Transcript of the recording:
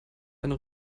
eine